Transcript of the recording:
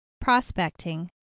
Prospecting